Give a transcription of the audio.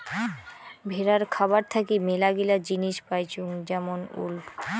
ভেড়ার খাবার থাকি মেলাগিলা জিনিস পাইচুঙ যেমন উল